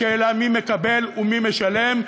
בשאלה מי מקבל ומי משלם,